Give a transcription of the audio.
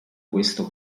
questo